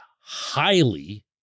highly